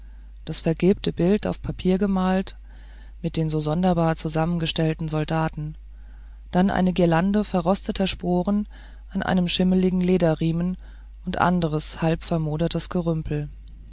das vergilbte bild auf papier gemalt mit den so sonderbar zusammengestellten soldaten dann eine girlande verrosteter sporen an einem schimmligen lederriemen und anderes halb vermodertes gerümpel